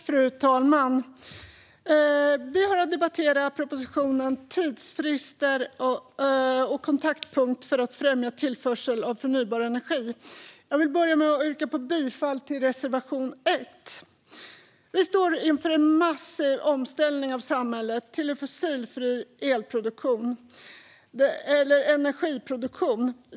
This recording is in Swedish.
Fru talman! Vi har att debattera propositionen Tidsfrister och kontaktpunkt för att främja tillförsel av förnybar energi . Jag vill börja med att yrka bifall till reservation 1. Vi står inför en massiv omställning av samhället till en fossilfri energiproduktion.